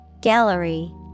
Gallery